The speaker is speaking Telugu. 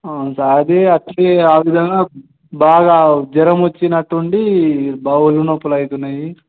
తాగి అట్టే ఆ విధంగా బాగా జ్వరమొచ్చినట్టుండి బాగా వొళ్ళు నొప్పులవుతున్నాయి